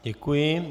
Děkuji.